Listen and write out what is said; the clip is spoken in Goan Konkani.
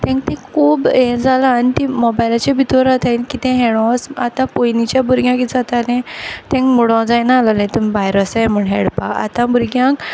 तेंक तें खूब हें जालां आनी तीं मोबायलाचे भितोर रावताय कितें हडों ओस आतां पोयलींच्या भुरग्यां कीत जातालें तेंक मुडो जायनाहलोलें तूम भायर ओसाय म्हूण हेडपा आतां भुरग्यांक